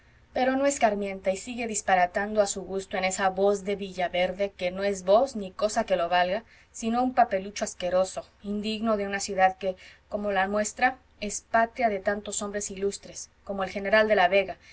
pero no escarmienta y sigue disparatando a su gusto en esa voz de villaverde que no es voz ni cosa que lo valga sino un papelucho asqueroso indigno de una ciudad que como la muestra es patria de tantos hombros ilustres como el general de la vega